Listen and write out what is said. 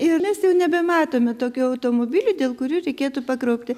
ir mes jau nebematome tokių automobilių dėl kurių reikėtų pakraupti